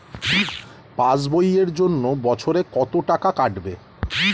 Pass বইয়ের জন্য বছরে কত টাকা কাটবে?